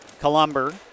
Columber